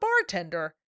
bartender